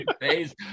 face